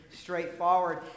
straightforward